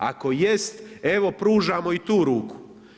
Ako jest, evo pružamo i tu ruku.